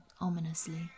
ominously